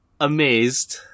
Amazed